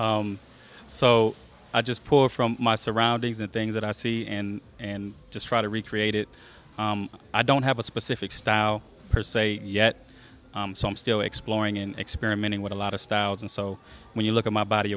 so i'll just poor from my surroundings and things that i see and and just try to recreate it i don't have a specific style per se yet some still exploring in experimenting with a lot of styles and so when you look at my body